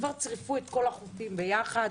כבר צירפו את כל החופים ביחד,